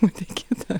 būti kita